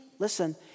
listen